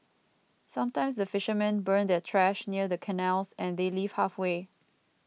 sometimes the fishermen burn their trash near the canals and they leave halfway